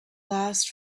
last